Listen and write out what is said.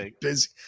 busy